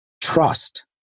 trust